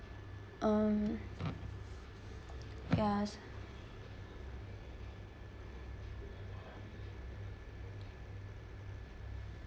um yes